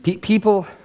People